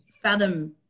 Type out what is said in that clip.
fathom